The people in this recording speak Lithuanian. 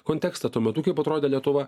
kontekstą tuo metu kaip atrodė lietuva